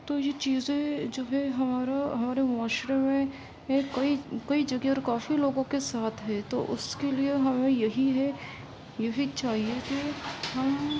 تو یہ چیزیں جو ہے ہمارا ہمارے معاشرے میں کئی کئی جگہ اور کافی لوگوں کے ساتھ ہے تو اس کے لیے ہمیں یہی ہے یہی چاہیے کہ ہم